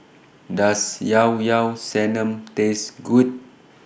Does Llao Llao Sanum Taste Good